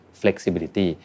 flexibility